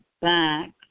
back